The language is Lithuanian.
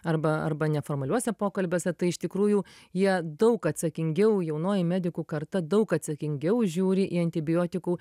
arba arba neformaliuose pokalbiuose tai iš tikrųjų jie daug atsakingiau jaunoji medikų karta daug atsakingiau žiūri į antibiotikų